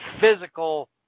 physical